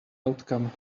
outcome